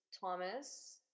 Thomas